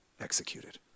executed